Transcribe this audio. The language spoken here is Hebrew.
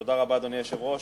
תודה רבה, אדוני היושב-ראש,